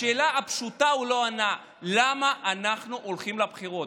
לשאלה הפשוטה הוא לא ענה: למה אנחנו הולכים לבחירות?